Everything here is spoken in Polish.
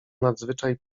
nadzwyczaj